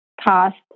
cost